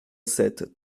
sept